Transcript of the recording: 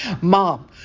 Mom